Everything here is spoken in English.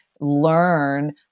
learn